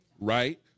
Right